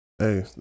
Hey